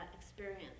experience